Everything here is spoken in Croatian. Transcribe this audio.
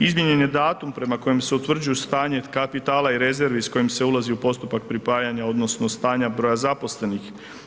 Izmijenjen je datum prema kojem se utvrđuju stanje kapitala i rezervi s kojim se ulazi u postupak pripajanja odnosno stanja broja zaposlenih.